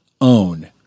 own